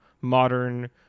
modern